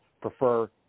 prefer